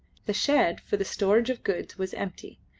the shed for the storage of goods was empty,